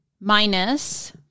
Minus